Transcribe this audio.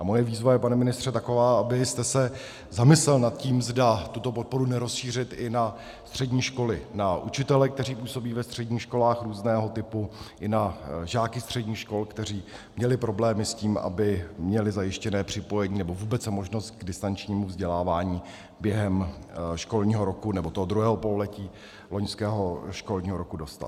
A moje výzva je, pane ministře, taková, abyste se zamyslel nad tím, zda tuto podporu nerozšířit i na střední školy, na učitele, kteří působí ve středních školách různého typu, i na žáky středních škol, kteří měli problémy s tím, aby měli zajištěné připojení nebo vůbec možnost se k distančnímu vzdělávání během školního roku nebo toho druhého pololetí loňského školního roku dostat.